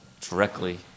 directly